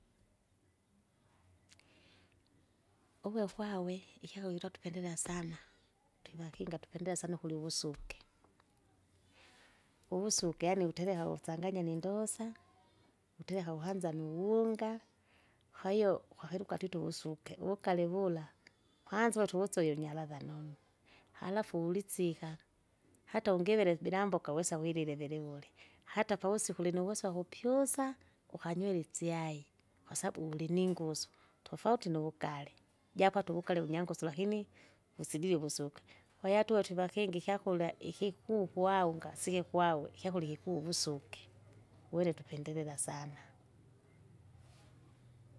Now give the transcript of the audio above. uve kwawe, ikyawira utukendelea sana twivakinga tukwendelea sana ukurya uvusuke, uvusuke yaani wutereka wutsanganya nindosa wutereka wuhanza nuwunga, kwahiyo ukakiluka twite uwusuke wukali vula kwanza uvute uvusovi unyaraza nonu, halafu ulitsika. Hata ungivele bila mboka wesa wilile viliwule, hata pavusiku lino wiso akupyusa! ukanywile itschai, kwasabu uvuliningusu, tofauti nuvugale, japo ata uvugale wunyangusu lakini, kusidile uvusuka. Kwahiyo hata utivakinga ikyakurya ikikuu kwaungasike kwawe ikyakura ikikuu wusuke uwene tupendelela sana.